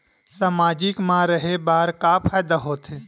सामाजिक मा रहे बार का फ़ायदा होथे?